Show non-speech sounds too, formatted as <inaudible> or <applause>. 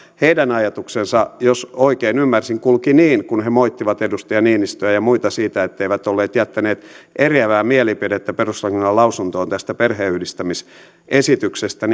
heidän ajatuksensa jos oikein ymmärsin kulki niin kun he moittivat edustaja niinistöä ja muita siitä etteivät olleet jättäneet eriävää mielipidettä perustuslakivaliokunnan lausuntoon tästä perheenyhdistämisesityksestä <unintelligible>